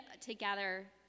together